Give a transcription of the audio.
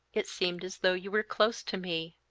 it seemed as though you were close to me,